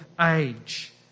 age